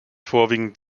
vorwiegend